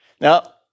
Now